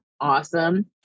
Awesome